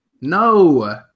no